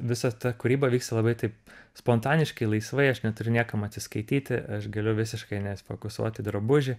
visa ta kūryba vyksta labai taip spontaniškai laisvai aš neturiu niekam atsiskaityti aš galiu visiškai nesifokusuot į drabužį